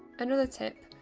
another tip,